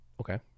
Okay